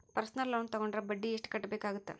personal loan ತೊಗೊಂಡ್ರ ಬಡ್ಡಿ ಎಷ್ಟ್ ಕಟ್ಟಬೇಕಾಗತ್ತಾ